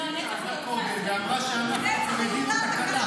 לזימי עלתה קודם ואמרה שאנחנו, החרדים, תקלה.